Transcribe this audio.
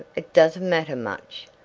it doesn't matter much!